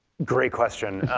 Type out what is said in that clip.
great question,